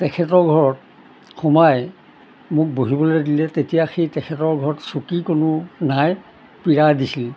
তেখেতৰ ঘৰত সোমাই মোক বহিবলৈ দিলে তেতিয়া সেই তেখেতৰ ঘৰত চকী কোনো নাই পীৰা দিছিল